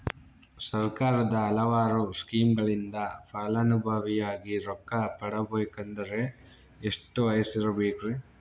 ಸರ್ಕಾರದ ಹಲವಾರು ಸ್ಕೇಮುಗಳಿಂದ ಫಲಾನುಭವಿಯಾಗಿ ರೊಕ್ಕ ಪಡಕೊಬೇಕಂದರೆ ಎಷ್ಟು ವಯಸ್ಸಿರಬೇಕ್ರಿ?